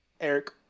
Eric